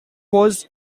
was